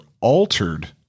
altered